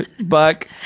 Buck